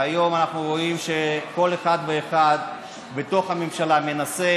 והיום אנחנו רואים שכל אחד ואחד בתוך הממשלה מנסה